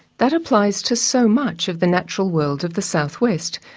that applies to so much of the natural world of the southwest,